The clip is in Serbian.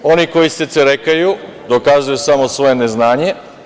E sad, oni koji se cerekaju dokazuju samo svoje neznanje.